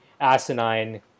asinine